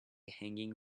hanging